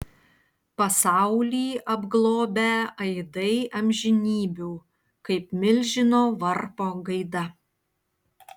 pasaulį apglobę aidai amžinybių kaip milžino varpo gaida